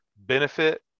benefit